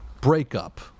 breakup